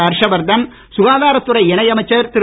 ஹர்ஷவர்தன் சுகாதாரத்துறை இணையமைச்சர் திரு